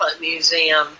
museum